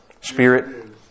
Spirit